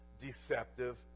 deceptive